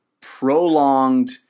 prolonged